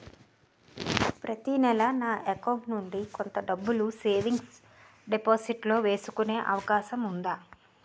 ప్రతి నెల నా అకౌంట్ నుండి కొంత డబ్బులు సేవింగ్స్ డెపోసిట్ లో వేసుకునే అవకాశం ఉందా?